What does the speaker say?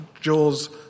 jaws